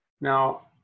Now